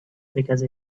because